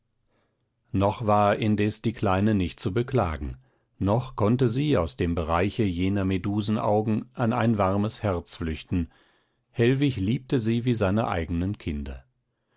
noch war indes die kleine nicht zu beklagen noch konnte sie aus dem bereiche jener medusenaugen an ein warmes herz flüchten hellwig liebte sie wie seine eigenen kinder